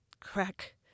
crack